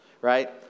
right